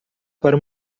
para